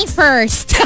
first